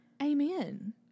Amen